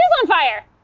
on fire!